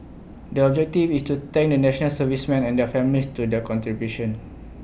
the objective is to thank the National Servicemen and their families to their contributions